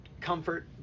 comfort